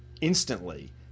instantly